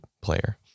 player